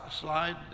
slide